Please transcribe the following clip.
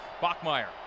Bachmeyer